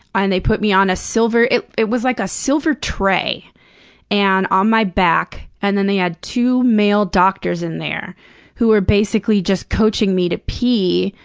and they put me on a silver it it was, like, a silver tray and on my back, and then they had two male doctors in there who were basically just coaching me to pee,